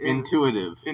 Intuitive